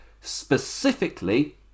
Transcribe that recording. specifically